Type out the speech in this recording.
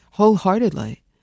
Wholeheartedly